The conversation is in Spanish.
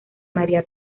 maría